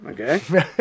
Okay